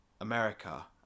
America